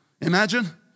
Imagine